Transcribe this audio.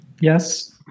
Yes